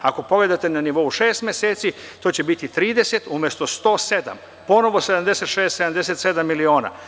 Ako pogledate na nivou šest meseci, to će biti 30 umesto 107, ponovo 76-77 miliona.